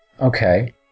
Okay